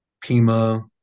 Pima